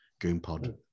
GoonPod